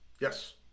Yes